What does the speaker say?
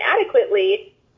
adequately